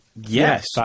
yes